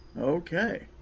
Okay